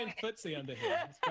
and footsie under here.